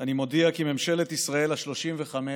אני מודיע כי ממשלת ישראל השלושים-וחמש